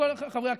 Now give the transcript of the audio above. חברי הכנסת: